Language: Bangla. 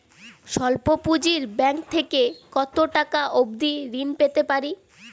স্বল্প পুঁজির ব্যাংক থেকে কত টাকা অবধি ঋণ পেতে পারি?